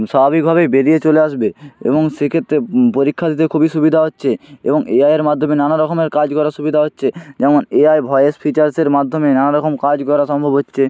স্বাভাবিকভাবেই বেরিয়ে চলে আসবে এবং সেক্ষেত্রে পরীক্ষা দিতে খুবই সুবিধা হচ্ছে এবং এআইয়ের মাধ্যমে নানা রকমের কাজ করা সুবিধা হচ্ছে যেমন এ আই ভয়েস ফিচার্স এর মাধ্যমে নানারকম কাজ করা সম্ভব হচ্ছে